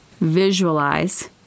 visualize